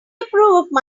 approve